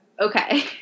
Okay